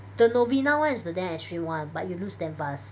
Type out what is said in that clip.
the Novena one is the damn extreme one but you lose damn fast